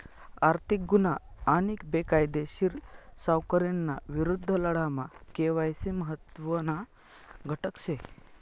आर्थिक गुन्हा आणि बेकायदेशीर सावकारीना विरुद्ध लढामा के.वाय.सी महत्त्वना घटक शे